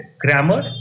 grammar